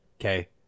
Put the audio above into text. Okay